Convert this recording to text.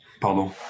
pardon